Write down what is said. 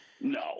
No